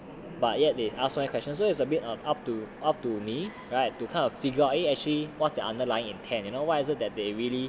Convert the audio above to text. but yet they ask me question so it's a bit on up to up to me right to kind of figure eh actually what's the underlying intend you know what is it that they really